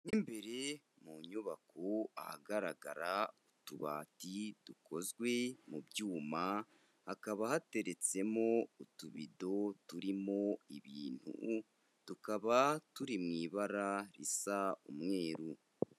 Mu imbere mu nyubako ahagaragara utubati dukozwe mu byuma, hakaba hateretsemo utubido turimo ibintu tukaba turi mu ibara risa umweru.